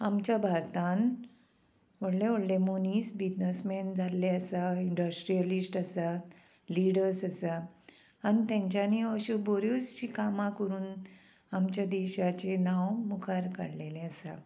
आमच्या भारतांत व्हडले व्हडले मनीस बिजनसमॅन जाल्ले आसा इंडस्ट्रियलिस्ट आसा लिडर्स आसा आनी तेंच्यांनी अश्यो बऱ्योचशी कामां करून आमच्या देशाचें नांव मुखार काडलेलें आसा